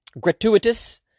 gratuitous